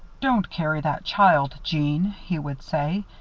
don't carry that child, jeanne, he would say.